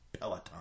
Peloton